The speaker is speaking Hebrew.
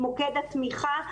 מוקד התמיכה.